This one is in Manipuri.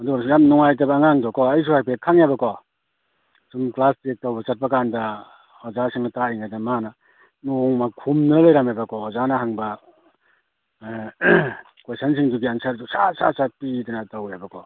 ꯑꯗꯨ ꯑꯣꯏꯔꯁꯨ ꯌꯥꯝ ꯅꯨꯡꯉꯥꯏꯇꯕ ꯑꯉꯥꯡꯗꯣꯀꯣ ꯑꯩꯁꯨ ꯍꯥꯏꯐꯦꯠ ꯈꯪꯉꯦꯕꯀꯣ ꯁꯨꯝ ꯀ꯭ꯂꯥꯁ ꯆꯦꯛ ꯇꯧꯕ ꯆꯠꯄ ꯀꯥꯟꯗ ꯑꯣꯖꯥꯁꯤꯡꯅ ꯇꯥꯛꯏꯉꯩꯗ ꯃꯥꯅ ꯅꯣꯡꯃ ꯈꯨꯝꯗꯅ ꯂꯩꯔꯝꯃꯦꯕꯀꯣ ꯑꯣꯖꯥꯅ ꯍꯪꯕ ꯑꯥ ꯀ꯭ꯋꯦꯁꯟꯁꯤꯡꯗꯨꯒꯤ ꯑꯟꯁꯔꯗꯨ ꯁꯠ ꯁꯠ ꯁꯠ ꯄꯤꯗꯅ ꯇꯧꯋꯦꯕꯀꯣ